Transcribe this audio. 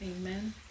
Amen